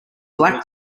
black